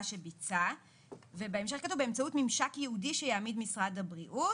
שביצע ובהמשך כתוב באמצעות ממשק ייעודי שיעמיד משרד הבריאות,